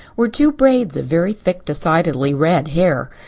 were two braids of very thick, decidedly red hair.